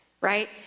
Right